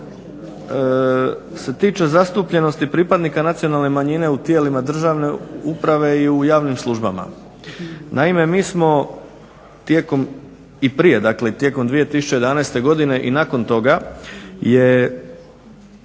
je da se tiče zastupljenosti pripadnika nacionalne manjine u tijelima državne uprave i u javnim službama. Naime, mi smo i prije i tijekom 2011. godine i nakon toga je